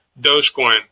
dogecoin